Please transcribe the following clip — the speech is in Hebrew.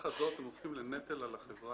תחת זאת הם הופכים לנטל על החברה,